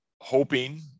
hoping